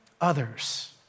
others